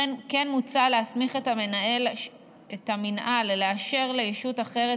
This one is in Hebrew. כמו כן מוצע להסמיך את המינהל לאשר לישות אחרת